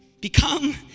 Become